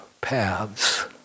paths